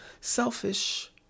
selfish